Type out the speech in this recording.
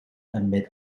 amid